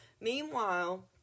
Meanwhile